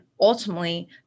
ultimately